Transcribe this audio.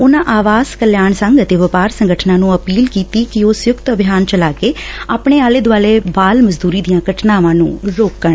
ਉਨੂਾਂ ਆਵਾਸ ਕਲਿਆਣ ਸੰਘ ਅਤੇ ਵਪਾਰ ਸੰਗਠਨਾਂ ਨੂੰ ਅਪੀਲ ਕੀਤੀ ਕਿ ਉਹ ਸੰਯੁਕਤ ਅਭਿਆਨ ਚਲਾ ਕੇ ਆਪਣੇ ਆਲੇ ਦੁਆਲੇ ਬਾਲ ਮਜ਼ਦੁਰੀ ਦੀਆਂ ਘਟਨਾਵਾਂ ਨੂੰ ਰੋਕਣ